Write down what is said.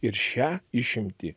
ir šią išimtį